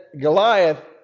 Goliath